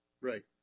Right